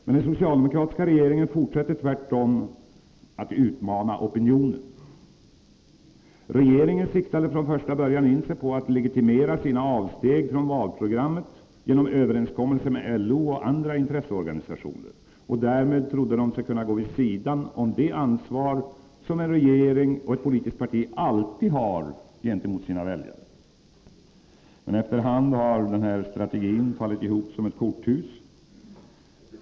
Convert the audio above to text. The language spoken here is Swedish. Men den socialdemokratiska regeringen fortsätter tvärtom att utmana opinionen. Regeringen siktade från första början in sig på att legitimera sina avsteg från valprogrammet genom överenskommelser med LO och andra intresseorganisationer. Därmed trodde de sig kunna gå vid sidan om det ansvar som en regering och ett politiskt parti alltid har gentemot sina väljare. Efter hand har emellertid den strategin fallit ihop som ett korthus.